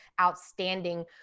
outstanding